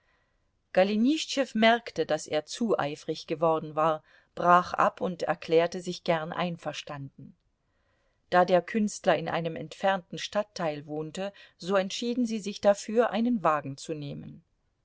golenischtschew merkte daß er zu eifrig geworden war brach ab und erklärte sich gern einverstanden da der künstler in einem entfernten stadtteil wohnte so entschieden sie sich dafür einen wagen zu nehmen